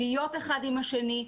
להיות אחד עם השני,